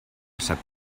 sap